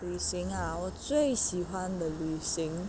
旅行 ah 我最喜欢的旅行